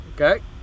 Okay